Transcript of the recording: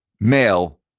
Male